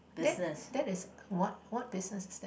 that then is what what lesson is that